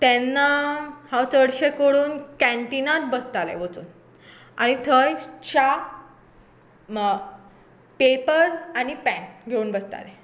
तेन्ना हांव चडशें करुन हांव कॅनटिनाच बसताले वचून आनी थंय च्या पेपर आनी पेन घेवन बसताले